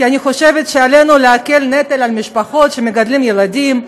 כי אני חושבת שעלינו להקל את הנטל על משפחות שמגדלות ילדים.